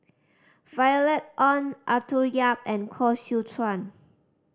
Violet Oon Arthur Yap and Koh Seow Chuan